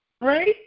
right